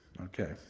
Okay